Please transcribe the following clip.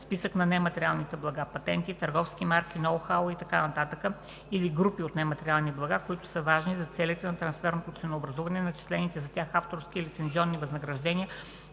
списък на нематериалните блага (патенти, търговски марки, ноу-хау и т.н.) или групи от нематериални блага, които са важни за целите на трансферното ценообразуване, начислените за тях авторски и лицензионни възнаграждения,